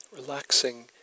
Relaxing